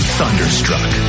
thunderstruck